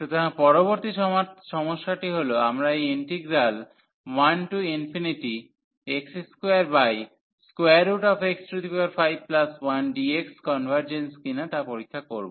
সুতরাং পরবর্তী সমস্যাটি হল আমরা এই ইন্টিগ্রাল 1x2x51dx কনভার্জেন্স কিনা তা পরীক্ষা করব